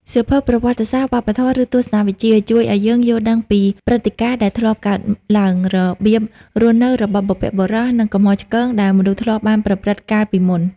សៀវភៅប្រវត្តិសាស្ត្រ វប្បធម៌ ឬទស្សនវិជ្ជា ជួយឱ្យយើងយល់ដឹងពីព្រឹត្តិការណ៍ដែលធ្លាប់កើតឡើង របៀបរស់នៅរបស់បុព្វបុរស និង កំហុសឆ្គង ដែលមនុស្សធ្លាប់បានប្រព្រឹត្តកាលពីមុន។